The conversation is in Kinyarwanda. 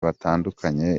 batandukanye